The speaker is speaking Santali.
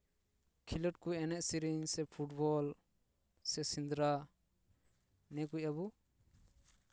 ᱠᱷᱮᱞᱳᱰ ᱠᱚ ᱮᱱᱮᱡ ᱥᱮᱨᱮᱧ ᱥᱮ ᱯᱷᱩᱴᱵᱚᱞ ᱥᱮ ᱥᱮᱸᱫᱽᱨᱟ ᱱᱤᱭᱟᱹ ᱠᱚ ᱟᱵᱚ